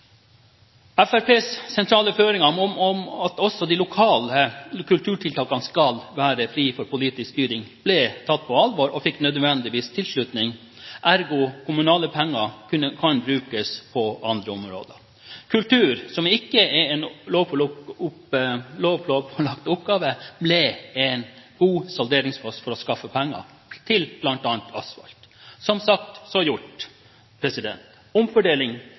sentrale føringer om at også de lokale kulturtiltakene skal være fri for politisk styring, ble tatt på alvor og fikk nødvendigvis tilslutning – ergo: Kommunale penger kan brukes på andre områder. Kultur, som ikke er en lovpålagt oppgave, ble en god salderingspost for å skaffe penger til bl.a. asfalt. Som sagt, så gjort. Omfordeling